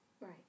Right